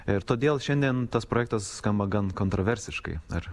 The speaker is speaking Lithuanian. ir todėl šiandien tas projektas skamba gan kontroversiškai ar